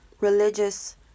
religious